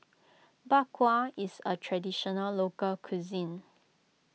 Bak Kwa is a Traditional Local Cuisine